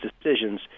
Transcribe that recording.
decisions